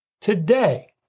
today